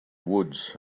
woods